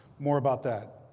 more about that.